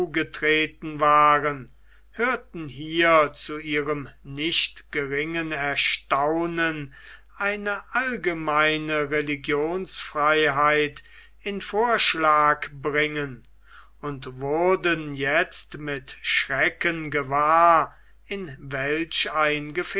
getreten waren hörten hier zu ihrem nicht geringen erstaunen eine allgemeine religionsfreiheit in vorschlag bringen und wurden jetzt mit schrecken gewahr in welch ein